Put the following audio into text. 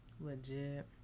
Legit